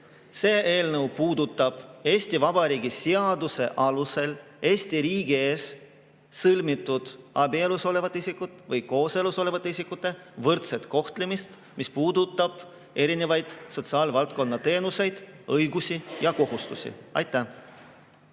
See eelnõu puudutab Eesti Vabariigi seaduse alusel Eesti riigis sõlmitud abielus olevate isikute ja kooselus olevate isikute võrdset kohtlemist, kui see puudutab sotsiaalvaldkonna teenuseid, õigusi ja kohustusi. Antud